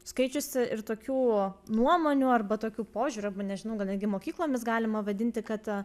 skaičiusi ir tokių nuomonių arba tokių požiūrių arba nežinau gal netgi mokyklomis galima vadinti kad